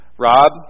Rob